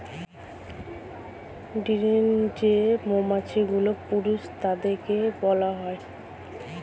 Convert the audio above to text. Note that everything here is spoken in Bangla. ড্রোন যেই মৌমাছিগুলো, পুরুষ তাদেরকে বলা হয়